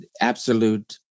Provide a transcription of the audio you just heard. absolute